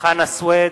חנא סוייד,